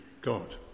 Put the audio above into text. God